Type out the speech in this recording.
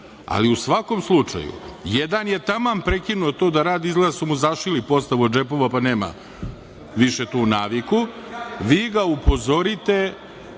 ali u svakom slučaju jedan je taman prekinuo to da radi, izgleda da su mu zašili postavu od džepova, pa nema više tu naviku. Vi ga upozorite.